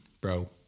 bro